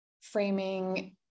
framing